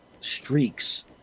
streaks